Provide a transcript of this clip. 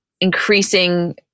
increasing